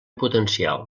potencial